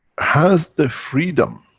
has the freedom,